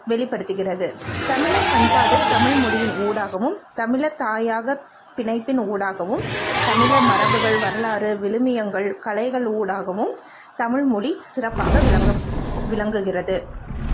வெளிப்படுத்துகிறது தமிழர் பண்பாடு தமிழ்மொழியின் ஊடாகவும் தமிழர் தாயாக பிணைப்பின் ஊடாகவும் தமிழர் மரபுகள் வரலாறு விழுமியங்கள் கலைகள் ஊடாகவும் தமிழ்மொழி சிறப்பாக விளங்கும் விளங்குகிறது